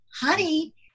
honey